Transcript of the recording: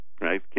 right